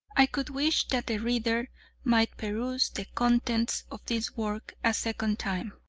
i could wish that the reader might peruse the contents of this work a second time,